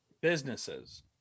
businesses